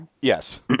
Yes